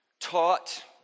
taught